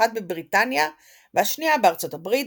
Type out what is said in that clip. אחת בבריטניה והשנייה בארצות הברית,